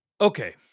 Okay